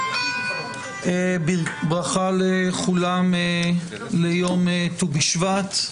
ברכה לכולם ליום ט"ו בשבט,